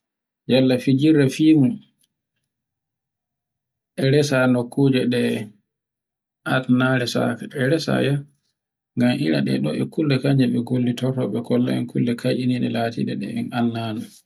Yalla fijirle fihi e resa nokkuje ɗe adiranare saka. E resayan ngan ire ɗeɗe e kulle kanjen be gollitorto be kulla kainibe latiɗe ɗe en annano.